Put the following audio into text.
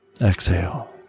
Exhale